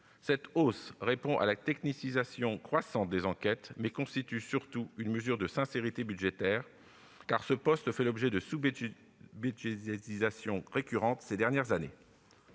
Cette hausse répond à la technicisation croissante des enquêtes, mais constitue surtout une mesure de sincérité budgétaire, car ce poste à fait l'objet d'une sous-budgétisation récurrente ces dernières années.